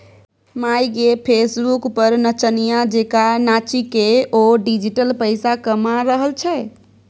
माय गे फेसबुक पर नचनिया जेंका नाचिकए ओ डिजिटल पैसा कमा रहल छै